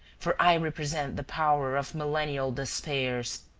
for i represent the power of millennial despairs.